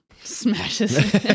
Smashes